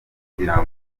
kugira